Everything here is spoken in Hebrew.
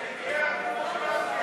לא.